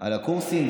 על הקורסים.